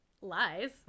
lies